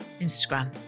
Instagram